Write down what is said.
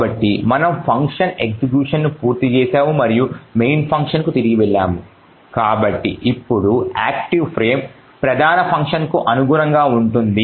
కాబట్టి ఇప్పుడు మనము ఫంక్షన్ ఎగ్జిక్యూషన్ను పూర్తి చేశాము మరియు మెయిన్ ఫంక్షన్ కు తిరిగి వెళ్ళాము కాబట్టి ఇప్పుడు యాక్టివ్ ఫ్రేమ్ ప్రధాన ఫంక్షన్కు అనుగుణంగా ఉంటుంది